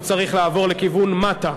הוא צריך לעבור לכיוון מטה.